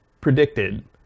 predicted